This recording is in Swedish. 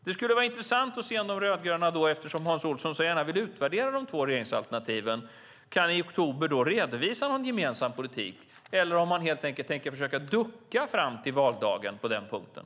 Eftersom Hans Olsson så gärna vill utvärdera de två regeringsalternativen skulle det vara intressant att se om de rödgröna i oktober kan redovisa någon gemensam politik eller om man helt enkelt tänker försöka ducka fram till valdagen på den punkten.